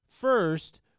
First